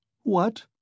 What